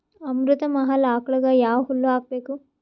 ಅಮೃತ ಮಹಲ್ ಆಕಳಗ ಯಾವ ಹುಲ್ಲು ಹಾಕಬೇಕು?